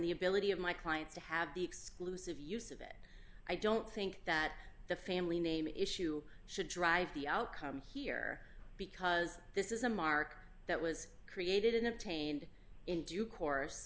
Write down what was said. the ability of my clients to have the exclusive use of it i don't think that the family name issue should drive the outcome here because this is a mark that was created in obtained in due course